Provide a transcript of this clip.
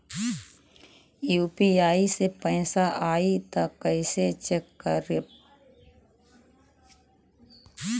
UPI से पैसा आई त कइसे चेक करब?